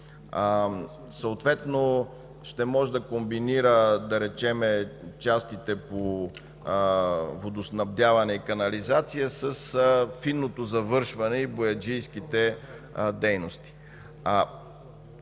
Съответно ще може да комбинира, да речем, частите по водоснабдяване и канализация с финото завършване и бояджийските дейности.